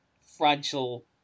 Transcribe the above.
fragile